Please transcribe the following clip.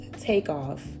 takeoff